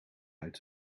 uit